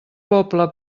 poble